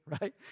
right